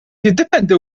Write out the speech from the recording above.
jiddependi